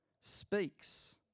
speaks